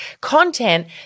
content